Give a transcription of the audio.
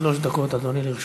שלוש דקות, אדוני, לרשותך.